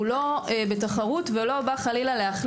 הוא לא בתחרות ולא בא להחליף.